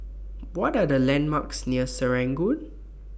What Are The landmarks near Serangoon